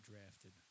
drafted